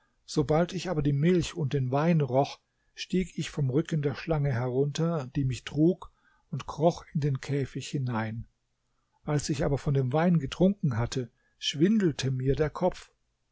sobald ich aber die milch und den wein roch stieg ich vom rücken der schlange herunter die mich trug und kroch in den käfig hinein als ich aber von dem wein getrunken hatte schwindelte mir der kopf